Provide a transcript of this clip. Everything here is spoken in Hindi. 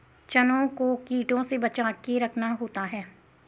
चनों को कीटों से बचाके रखना होता है